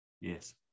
Yes